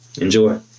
Enjoy